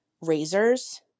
razors